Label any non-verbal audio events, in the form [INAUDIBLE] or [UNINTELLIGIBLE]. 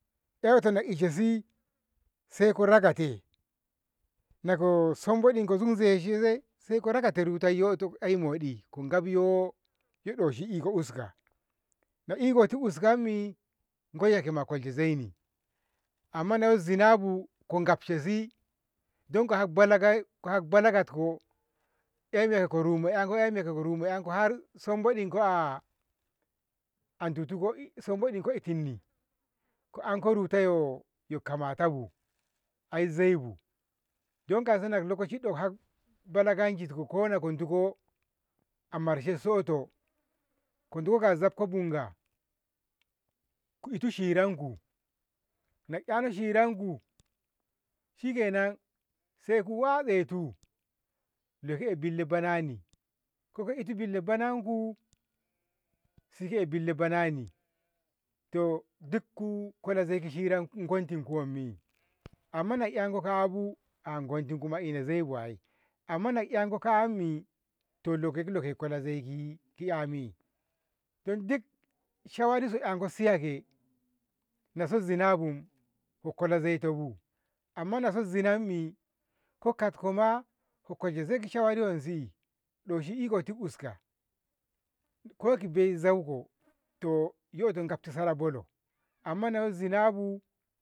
Eiyoto na isosi saiko rakate nako sombodinko zunzeshe ze saiko rakate rutayyoto ai moɗi go gafayo yo doshi iko uska, na ikoti uskammi koiya ma a kolshe zaini amma naso zinabu gafsasi don ko hak bala katko ehmiya ko gagarum yanko ko gagarum 'yanko har sambodiko a a ditu sambodinko a'etinni ko enko ruta yo kamatabu ai zaibu dan kauso lokaci hak balaganziko konako duko a marshessoto kodo ga zafko bunga ku itu hiratku naku 'yano hiratku shikenan saiku watsetu leko eh billa banani koi ko'e billa banaku sima eh bill banani dikku kola zai hirtku gultig gommi amma na enko kaabu [UNINTELLIGIBLE] amma na enko kaami to lokaciya ko kola zai dan duk shawariso anki siyani laso zinabu ku kola zaitobu amma naso zinammi ko katkoma ko kolshe zai shawaritko wanse doshi ikotit uska koki bai zauko to yoto gafsi sara bolo amma naso zinabu